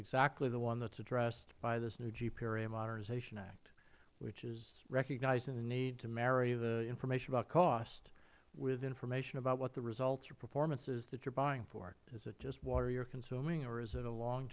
exactly the one that is addressed by this new gpra modernization act which is recognizing the need to marry the information about cost with information about what the results or performance is that you are buying them for is it just water you are consuming or is it a long